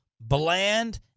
Bland